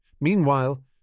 Meanwhile